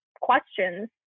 questions